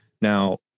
Now